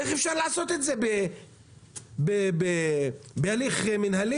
איך אפשר לעשות את זה בהליך מינהלי?